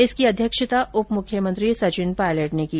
इसकी अध्यक्षता उप मुख्यमंत्री सचिन पायलट ने की